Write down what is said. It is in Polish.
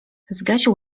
zgasił